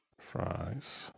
Fries